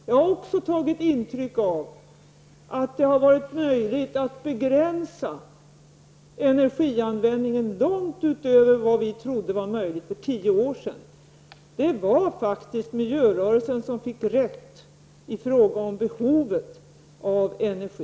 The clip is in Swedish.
Jag har också tagit intryck av att det har varit möjligt att begränsa energianvändningen långt utöver vad vi trodde var möjligt för tio år sedan. Det var faktiskt miljörörelsen som fick rätt i fråga om behovet av energi.